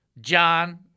John